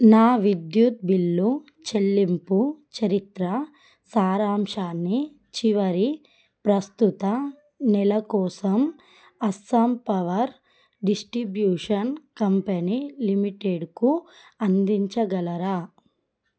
నా విద్యుత్ బిల్లు చెల్లింపు చరిత్ర సారాంశాన్ని చివరి ప్రస్తుత నెల కోసం అస్సాం పవర్ డిస్టిబ్యూషన్ కంపెనీ లిమిటెడ్కు అందించగలరా